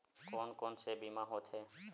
कोन कोन से बीमा होथे?